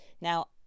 Now